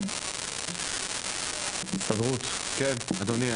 כן אדוני.